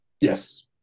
yes